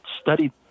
studied –